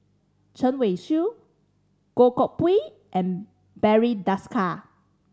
Chen Wen Hsi Goh Koh Pui and Barry Desker